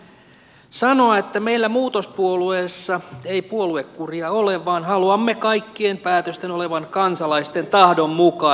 ylpeänä voin sanoa että meillä muutos puolueessa ei puoluekuria ole vaan haluamme kaikkien päätösten olevan kansalaisten tahdon mukaisia